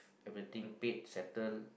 everything paid settled